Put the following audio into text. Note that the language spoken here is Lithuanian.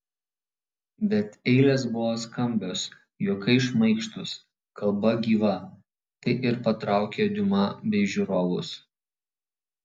bet eilės buvo skambios juokai šmaikštūs kalba gyva tai ir patraukė diuma bei žiūrovus